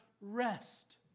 rest